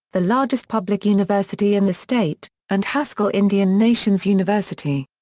the largest public university in the state, and haskell indian nations university.